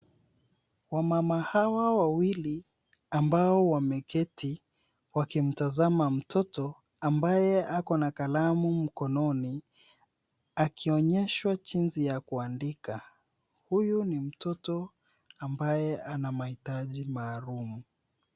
Wamama Hawa wawili ambao wameketi wakimtazama mtoto ambaye Ako na kalamu mkononi akionyeshwa jinsi ya kuandika, huyu ni mtoto ambaye anamaitaji mahalumu